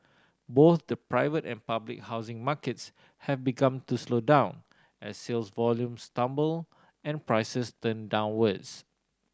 both the private and public housing markets have begun to slow down as sales volumes tumble and prices turn downwards